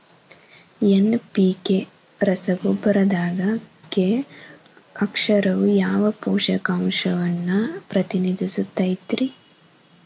NPK ರಸಗೊಬ್ಬರದಾಗ K ಅಕ್ಷರವು ಯಾವ ಪೋಷಕಾಂಶವನ್ನ ಪ್ರತಿನಿಧಿಸುತೈತ್ರಿ?